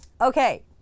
Okay